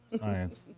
science